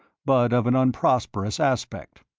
but of an unprosperous aspect.